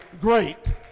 great